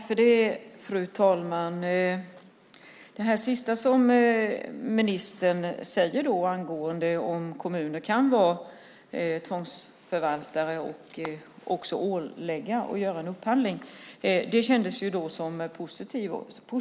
Fru talman! Det sista som ministern sade om att kommuner kan vara tvångsförvaltare och åläggas att göra en upphandling kändes som positivt.